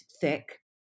thick